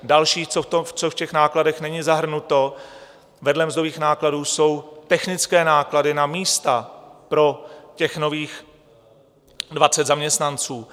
Další, co v těch nákladech není zahrnuto, vedle mzdových nákladů jsou technické náklady na místa pro těch nových 20 zaměstnanců.